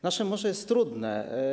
Nasze morze jest trudne.